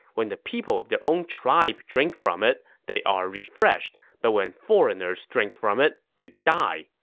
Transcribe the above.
when the people of their own tribe drink from it, they are refreshed, but when foreigners drink from it, they die.